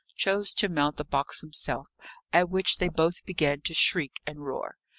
chose to mount the box himself at which they both began to shriek and roar.